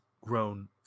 grown